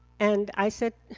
and i said,